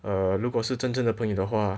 err 如果是真正的朋友的话